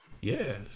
yes